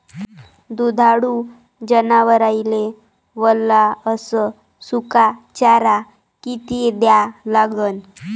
दुधाळू जनावराइले वला अस सुका चारा किती द्या लागन?